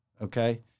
Okay